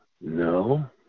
no